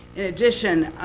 in addition,